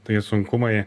tai sunkumai